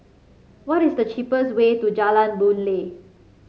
what is the cheapest way to Jalan Boon Lay